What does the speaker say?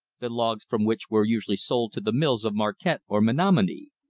the logs from which were usually sold to the mills of marquette or menominee.